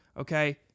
okay